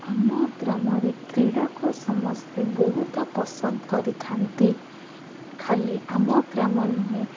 ଆମ ଗ୍ରାମରେ କ୍ରୀଡ଼ାକୁ ସମସ୍ତେ ବହୁତ ପସନ୍ଦ କରିଥାନ୍ତି ଖାଲି ଆମ ଗ୍ରାମ ନୁହେଁ